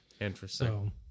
Interesting